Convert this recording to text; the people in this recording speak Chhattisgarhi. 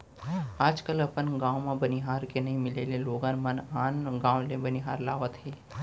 आज कल अपन गॉंव म बनिहार के नइ मिले ले लोगन मन आन गॉंव ले बनिहार लावत हें